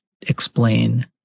explain